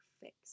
fix